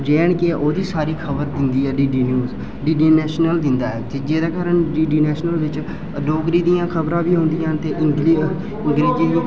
J and K ओह्दी सारी खबर औंदी ऐ डीडी न्यूज़ डीडी नेशनल दिंदा ऐ ते जेह्दे कारण डीडी नेशनल बिच डोगरी दियां खबरां बी औंदियां ते हिंदी अंग्रेज़ी दियां